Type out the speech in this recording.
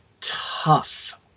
tough